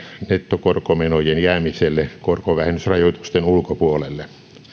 nettokorkomenojen jäämiselle korkovähennysrajoitusten ulkopuolelle